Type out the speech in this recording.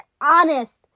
Honest